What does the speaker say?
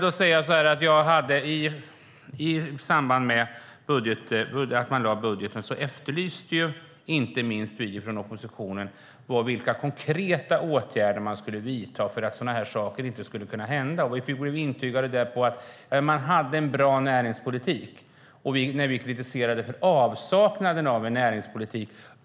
I samband med att man lade fram budgeten efterlyste inte minst vi från oppositionen konkreta åtgärder som man skulle vidta för att sådana här saker inte skulle kunna hända. När vi kritiserade regeringen för dess avsaknad av näringspolitik över huvud taget intygade man att man hade en bra näringspolitik.